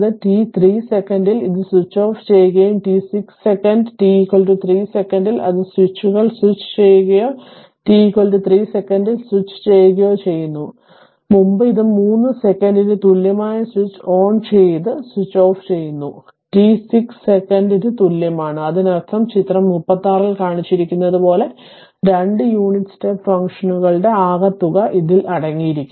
t 3 സെക്കൻഡിൽ അത് switch off ചെയ്യുകയും t 6 സെക്കൻഡ്t 3 സെക്കൻഡിൽ അത് സ്വിച്ചുകൾ സ്വിച്ച് ചെയ്യുകയോ t 3 സെക്കൻഡിൽ സ്വിച്ച് ചെയ്യുകയോ ചെയ്യുന്നു h മുമ്പ് ഇത് 3 സെക്കന്റിന് തുല്യമായ സ്വിച്ച് ഓൺ ചെയ്ത് സ്വിച്ച് ഓഫ് ചെയ്യുന്നു t 6 സെക്കന്റിന് തുല്യമാണ് അതിനർത്ഥം ചിത്രം 36 ൽ കാണിച്ചിരിക്കുന്നതുപോലെ 2 യൂണിറ്റ് സ്റ്റെപ്പ് ഫംഗ്ഷനുകളുടെ ആകെത്തുക ഇതിൽ അടങ്ങിയിരിക്കുന്നു